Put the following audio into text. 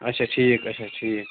اَچھا ٹھیٖک اَچھا ٹھیٖک